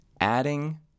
adding